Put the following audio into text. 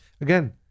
again